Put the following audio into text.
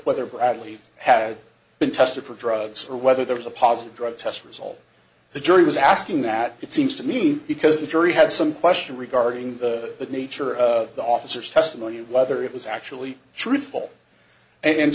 whether bradley had been tested for drugs or whether there was a positive drug test result the jury was asking that it seems to me because the jury had some question regarding the nature of the officers testimony and whether it was actually truthful and